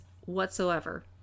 whatsoever